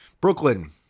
Brooklyn